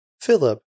Philip